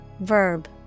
Verb